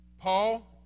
Paul